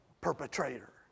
perpetrator